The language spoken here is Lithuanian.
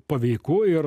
paveiku ir